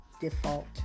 default